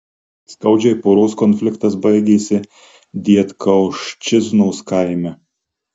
skaudžiai poros konfliktas baigėsi dietkauščiznos kaime